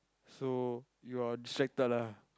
so you are distracted lah